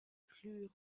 plus